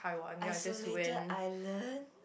isolated island